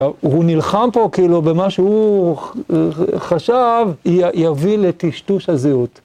הוא נלחם פה כאילו במה שהוא חשב יביא לטשטוש הזהות.